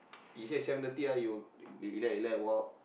he say seven thirty ah he will relax relax walk